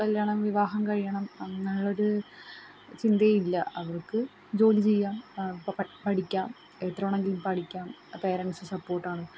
കല്യാണം വിവാഹം കഴിയണം അങ്ങനെ ഉള്ളൊരു ചിന്തയില്ല അവർക്ക് ജോലി ചെയ്യാം ഇപ്പം പഠിക്കാം എത്ര വേണമെങ്കിലും പഠിക്കാം പേരൻറ്സ് സപ്പോർട്ട് ആണ്